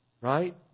Right